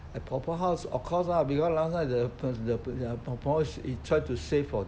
at 婆婆 of course lah because last time the the the 婆婆 try to save for